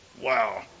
wow